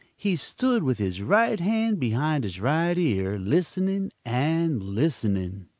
he stood with his right hand behind his right ear, listening and listening.